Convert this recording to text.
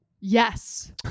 yes